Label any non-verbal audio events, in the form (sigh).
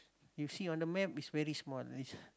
you see on the map is very small (laughs)